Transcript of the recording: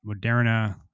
Moderna